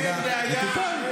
אין בעיה.